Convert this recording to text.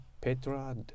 Petra